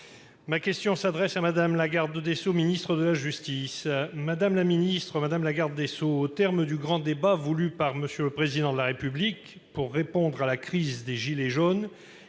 Ma question s'adresse à Mme la garde des sceaux, ministre de la justice. Madame la garde des sceaux, au terme du grand débat voulu par M. le Président de la République pour répondre à la crise des « gilets jaunes